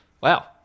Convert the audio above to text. Wow